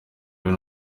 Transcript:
rero